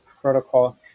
Protocol